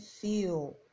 feel